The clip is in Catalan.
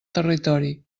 territori